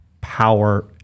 power